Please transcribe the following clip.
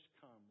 comes